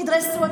תדרסו.